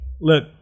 look